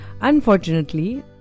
Unfortunately